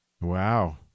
Wow